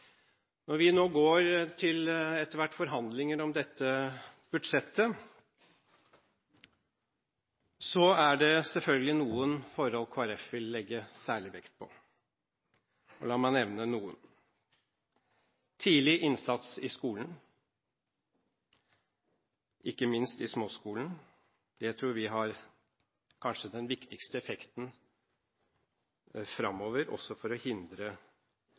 Når vi nå etter hvert skal gå til forhandlinger om dette budsjettet, er det selvfølgelig noen forhold Kristelig Folkeparti vil legge særlig vekt på. La meg nevne noen: Tidlig innsats i skolen, ikke minst i småskolen. Det tror vi kanskje har den viktigste effekten framover, også for å hindre